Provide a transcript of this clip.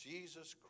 Jesus